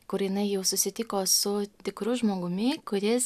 kur jinai jau susitiko su tikru žmogumi kuris